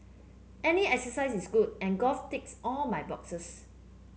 any exercise is good and golf ticks all my boxes